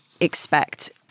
expect